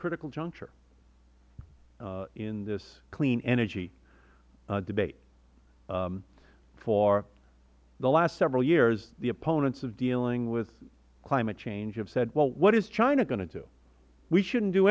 critical juncture in this clean energy debate for the last several years the opponents of dealing with climate change have said well what is china going to do we shouldn't do